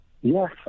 Yes